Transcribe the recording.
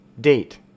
Date